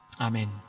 Amen